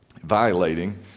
Violating